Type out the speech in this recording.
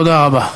תודה רבה.